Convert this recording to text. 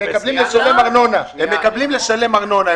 הם מקבלים לשלם ארנונה,